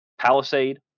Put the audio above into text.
Palisade